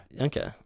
okay